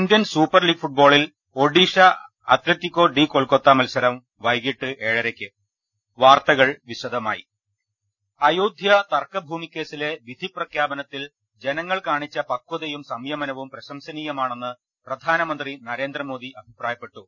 Indian super league ഫുട്ബോളിൽ Odisha Atletico D Kolkata മത്സരം വൈകിട്ട് ഏഴരയ്ക്ക് അയോധ്യ തർക്കഭൂമിക്കേസിലെ വിധിപ്രഖ്യാപനത്തിൽ ജനങ്ങൾ കാണിച്ച പകതയും സംയമനവും പ്രശംസനീയമാണെന്ന് പ്രധാനമന്ത്രി നരേന്ദ്രമോദി അഭിപ്രായപ്പെട്ടു